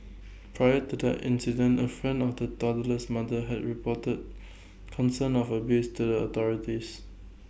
prior to the incident A friend of the toddler's mother had reported concerns of abuse to the authorities